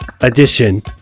edition